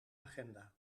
agenda